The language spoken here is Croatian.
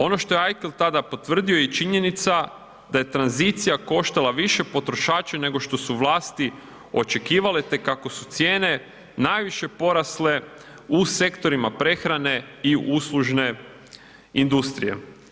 Ono što je Eichel tada potvrdio je činjenica da je tranzicija više koštala potrošače nego što su vlasti očekivale te kako su cijene najviše porasle u sektorima prehrane i uslužne industrije.